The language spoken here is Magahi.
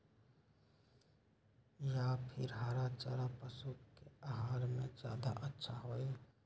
या फिर हरा चारा पशु के आहार में ज्यादा अच्छा होई?